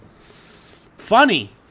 Funny